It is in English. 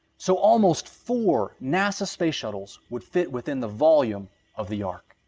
so almost four nasa space shuttles would fit within the volume of the ark.